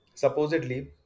Supposedly